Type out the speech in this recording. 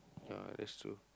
ya that's true